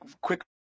quick